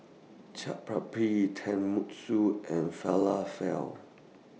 Chaat Papri Tenmusu and Falafel